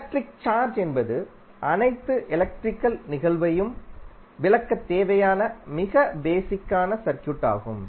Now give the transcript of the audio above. electric charge என்பது அனைத்து electrical நிகழ்வுகளையும் விளக்கத் தேவையான மிக பேசிக்கான சர்க்யூட் ஆகும்